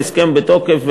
ההסכם בתוקף,